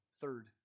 Third